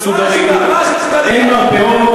אין שם בתי-ספר מסודרים,